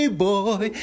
boy